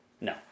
No